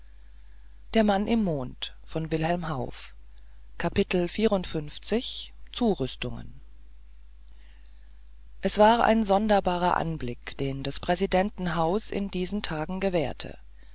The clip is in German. zurüstungen es war ein sonderbarer anblick den des präsidenten haus in diesen tagen gewährte